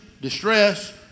distress